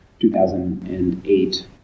2008